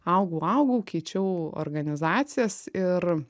augau augau keičiau organizacijas ir